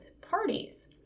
parties